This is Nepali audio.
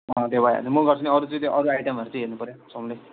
अँ त्यो भइहाल्छ म गर्छु नि अरू चाहिँ त्यो अरू आइटमहरू चाहिँ हेर्नुपर्यो सबले